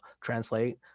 translate